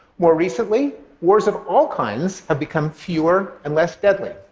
more recently, wars of all kinds have become fewer and less deadly.